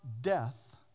death